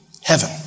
Heaven